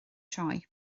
sioe